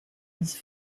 his